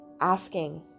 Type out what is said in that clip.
asking